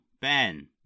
Ben